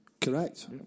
Correct